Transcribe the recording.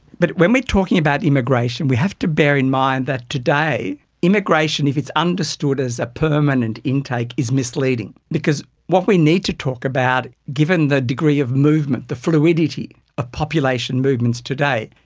but when we are talking about immigration we have to bear in mind that today immigration, if it's understood as a permanent intake, is misleading, because what we need to talk about, given the degree of movement, the fluidity of population movements today,